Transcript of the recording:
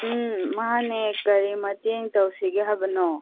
ꯎꯝ ꯃꯥꯟꯅꯦ ꯀꯔꯤ ꯃꯇꯦꯟ ꯇꯧꯁꯤꯒꯦ ꯍꯥꯏꯕꯅꯣ